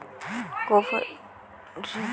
cooperative ব্যাঙ্কত গুলাতে মানসি গিলা টাকা জমাই থাকি